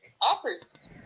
Offers